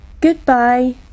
goodbye